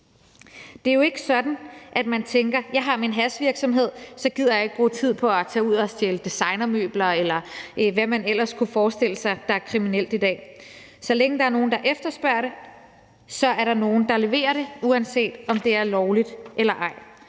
Det er jo ikke sådan, at man tænker, at man har sin hashvirksomhed, og så gider man ikke bruge tid på at tage ud og stjæle designermøbler, eller hvad man ellers kunne forestille sig der er kriminelt i dag. Så længe der er nogle, der efterspørger det, så er der nogle, der leverer det, uanset om det er lovligt eller ej.